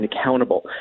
accountable